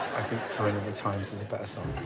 sign of the times is a better song.